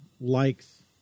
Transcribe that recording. likes